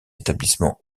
établissements